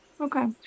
Okay